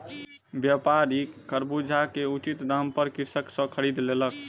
व्यापारी खरबूजा के उचित दाम पर कृषक सॅ खरीद लेलक